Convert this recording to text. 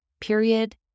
Period